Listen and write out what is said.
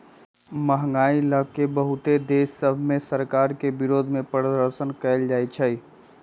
महंगाई लए के बहुते देश सभ में सरकार के विरोधमें प्रदर्शन कएल जाइ छइ